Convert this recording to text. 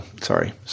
sorry